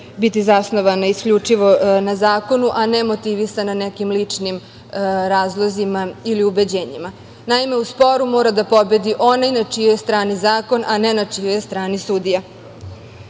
biti zasnovana isključivo na zakonu, a ne motivisana nekim ličnim razlozima ili ubeđenjima. Naime, u sporu mora da pobedi onaj na čijoj je strani zakon, a ne na čijoj je strani sudija. Takođe,